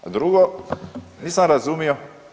A drugo, nisam razumio